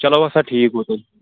چلو سا ٹھیٖک گوٚو تیٚلہِ